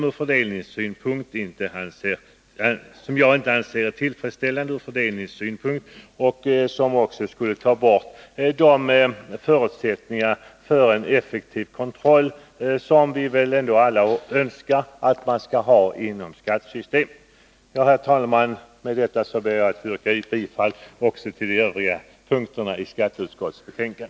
Ur fördelningssynpunkt anser jag inte att det skulle vara tillfredsställande med differentierad moms, och det skulle också ta bort de förutsättningar för en effektiv kontroll som vi väl alla önskar att man skall ha inom skattesystemet. Herr talman! Med detta yrkar jag bifall också till de övriga punkterna i skatteutskottets hemställan.